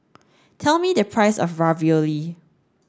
tell me the price of Ravioli